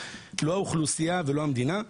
לא האוכלוסייה ולא המדינה,